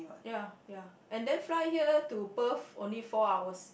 ya ya and then fly here to Perth only four hours